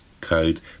code